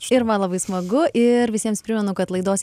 ir man labai smagu ir visiems primenu kad laidos